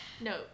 no